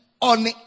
on